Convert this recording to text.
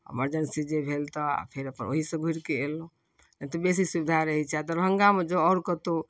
emergency जे भेल तऽ फेर अपन ओहिसँ घूरि कऽ अयलहुँ तऽ बेसी सुविधा रहै छै आ दरभंगामे जँ आओर कतहु